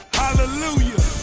hallelujah